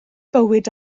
bywyd